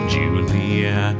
Julia